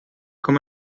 com